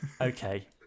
okay